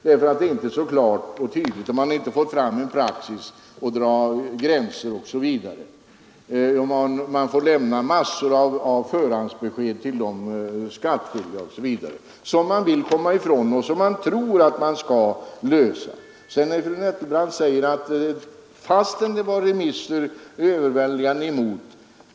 Reglerna är inte så klara, det blir gränsfall, det går inte att få fram någon praxis, man får lämna mängder av förhandsbesked till de skattskyldiga osv. Fru Nettelbrandt sade att remissvaren överväldigande gick emot förslaget om reklamskatt.